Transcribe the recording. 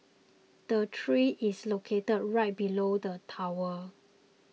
the tree is located right below the tower